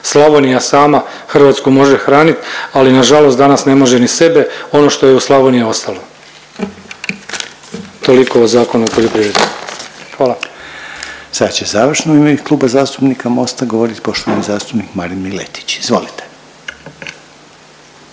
Slavonija sama Hrvatsku može hranit, ali nažalost danas ne može ni sebe, ono što je u Slavoniji ostalo. Toliko o Zakonu o poljoprivredi. Hvala. **Reiner, Željko (HDZ)** Sad će završno u ime Kluba zastupnika Mosta govorit poštovani zastupnik Marin Miletić, izvolite.